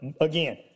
again